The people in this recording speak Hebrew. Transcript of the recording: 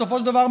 בסופו של דבר,